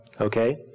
Okay